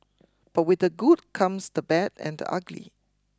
but with the good comes the bad and the ugly